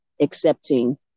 accepting